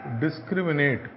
discriminate